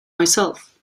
myself